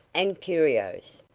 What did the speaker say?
and curios,